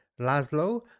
Laszlo